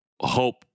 hope